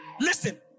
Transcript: Listen